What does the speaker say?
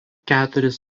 keturis